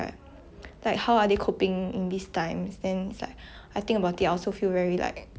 like I don't know how to describe it but yeah it's just very sad lor then